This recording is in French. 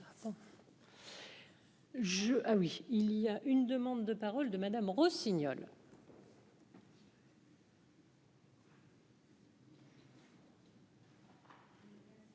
ah oui, il y a une demande de parole de Madame Rossignol.